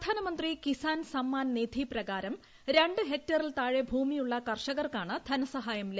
പ്രധാനമന്ത്രി കിസാൻ സമ്മാൻ നിധി പ്രകാരം ര ് ഹെക്ടറിൽ താഴെ ഭൂമിയുള്ള കർഷകർക്കാണ് ധനസഹായം ലഭിക്കുക